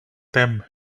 them